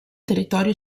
territorio